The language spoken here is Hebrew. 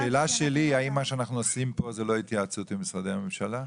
השאלה שלי: האם מה שאנחנו עושים פה זאת לא התייעצות עם משרדי הממשלה?